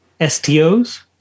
STOs